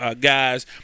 guys